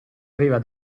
aveva